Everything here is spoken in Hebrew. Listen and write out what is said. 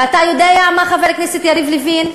ואתה יודע מה, חבר הכנסת יריב לוין?